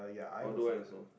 although I saw